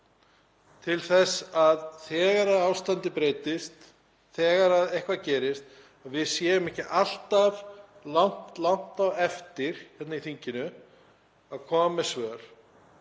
til þess að þegar ástandið breytist, þegar eitthvað gerist, við séum ekki alltaf langt á eftir hér í þinginu að koma með svör?